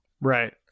Right